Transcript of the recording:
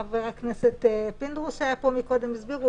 חבר הכנסת יצחק פינדרוס שהיה כאן קודם והסבירו